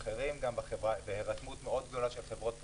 אחרים בהירתמות מאוד גדולה של חברות פרטיות.